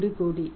20 கோடி